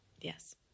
Yes